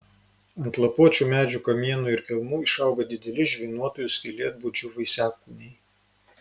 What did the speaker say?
ant lapuočių medžių kamienų ir kelmų išauga dideli žvynuotųjų skylėtbudžių vaisiakūniai